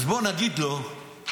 אז בוא נגיד לו,